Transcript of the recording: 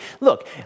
look